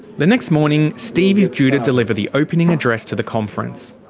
the next morning steve is due to deliver the opening address to the conference.